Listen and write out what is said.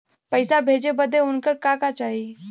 पैसा भेजे बदे उनकर का का चाही?